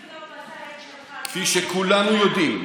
תמשיך לחיות, שלך, כפי שכולנו יודעים,